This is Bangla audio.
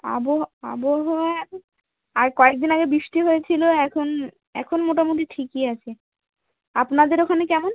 আব আবহাওয়া এখন আর কয়েকদিন আগে বৃষ্টি হয়েছিল এখন এখন মোটামুটি ঠিকই আছে আপনাদের ওখানে কেমন